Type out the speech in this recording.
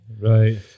right